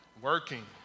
working